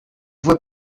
vois